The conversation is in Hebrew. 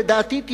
לדעתי,